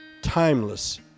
timeless